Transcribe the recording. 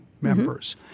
members